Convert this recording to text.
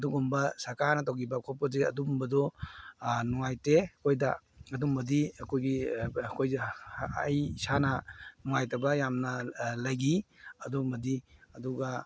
ꯑꯗꯨꯒꯨꯝꯕ ꯁꯔꯀꯥꯔꯅ ꯇꯧꯒꯤꯕ ꯈꯣꯠꯄꯁꯦ ꯑꯗꯨꯒꯨꯝꯕꯗꯣ ꯅꯨꯡꯉꯥꯏꯇꯦ ꯑꯩꯈꯣꯏꯗ ꯑꯗꯨꯝꯕꯗꯤ ꯑꯩꯈꯣꯏꯒꯤ ꯑꯩꯈꯣꯏꯁꯦ ꯑꯩ ꯏꯁꯥꯅ ꯅꯨꯡꯉꯥꯏꯇꯕ ꯌꯥꯝꯅ ꯂꯩꯒꯤ ꯑꯗꯨꯃꯗꯤ ꯑꯗꯨꯒ